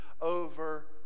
over